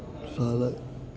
వస్తుందో